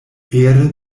vere